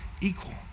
equal